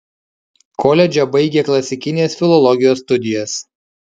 koledže baigė klasikinės filologijos studijas